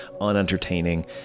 unentertaining